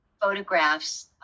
photographs